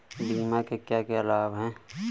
बीमा के क्या क्या लाभ हैं?